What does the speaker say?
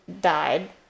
died